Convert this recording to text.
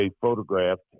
photographed